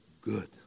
good